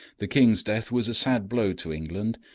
the king's death was a sad blow to england,